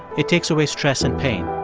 it takes away stress and pain.